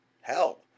hell